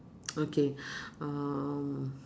okay um